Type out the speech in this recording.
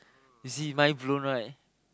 you see mind blown right